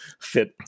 fit